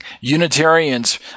Unitarians